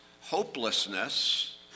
hopelessness